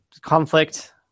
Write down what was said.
conflict